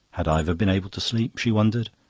had ivor been able to sleep? she wondered.